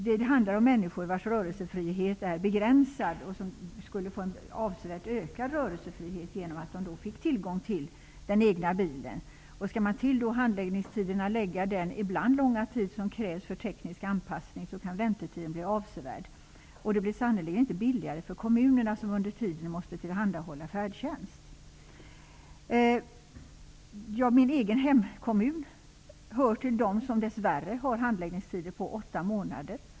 Det handlar om människor vilkas rörelsefrihet är begränsad och som skulle få en avsevärt ökad rörelsefrihet genom att få tillgång till en egen bil. Skall man till handläggningstiderna lägga den ibland långa tid som krävs för teknisk anpassning kan väntetiderna bli avsevärda. Det blir sannerligen inte billigare för kommunerna, som under tiden måste tillhandahålla färdtjänst. Min egen hemkommun hör till dem som dess värre har handläggningstider på åtta månader.